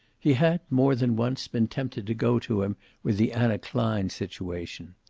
he had, more than once, been tempted to go to him with the anna klein situation.